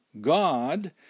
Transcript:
God